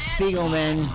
Spiegelman